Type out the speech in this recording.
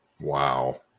wow